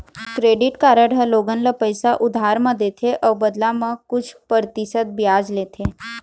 credit card ह लोगन ल पइसा उधार म देथे अउ बदला म कुछ परतिसत बियाज लेथे